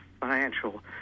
financial